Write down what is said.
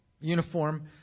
uniform